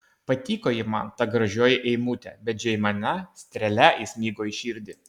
patiko ji man ta gražioji eimutė bet žeimena strėle įsmigo į širdį